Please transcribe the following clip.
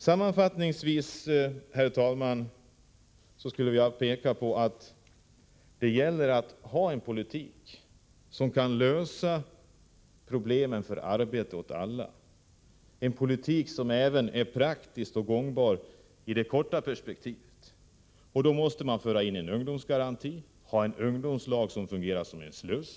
Sammanfattningsvis skulle jag vilja peka på att det gäller att föra en politik som kan ge arbete åt alla, en politik som även är praktisk och gångbar i det korta perspektivet. Då måste man föra in en ungdomsgaranti och ha en ungdomslag som fungerar som en sluss.